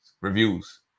reviews